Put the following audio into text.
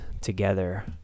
together